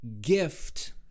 gift